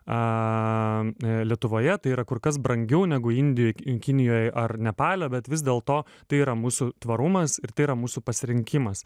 a lietuvoje tai yra kur kas brangiau negu indijoj kinijoj ar nepale bet vis dėl to tai yra mūsų tvarumas ir tai yra mūsų pasirinkimas